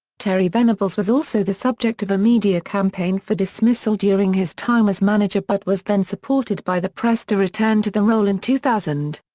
terry venables was also the subject of a media campaign for dismissal during his time as manager but was then supported by the press to return to the role in two thousand.